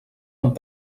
amb